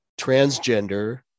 Transgender